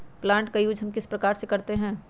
Plant का use हम किस प्रकार से करते हैं?